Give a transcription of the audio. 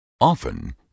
Often